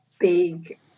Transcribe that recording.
big